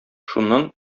шуннан